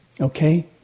okay